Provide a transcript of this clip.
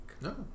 No